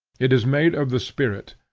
it is made of the spirit,